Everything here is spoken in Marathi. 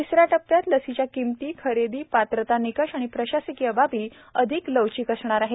तिसऱ्या टप्प्यात लसीच्या किंमती खरेदी पात्रता निकष आणि प्रशासकीय बाबी अधिक लवचिक असणार आहेत